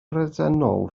bresennol